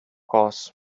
course